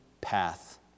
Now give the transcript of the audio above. path